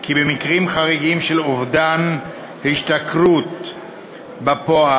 כי במקרים חריגים של אובדן השתכרות בפועל,